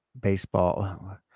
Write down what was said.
baseball